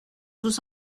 vous